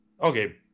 Okay